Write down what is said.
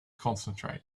concentrate